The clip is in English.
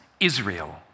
Israel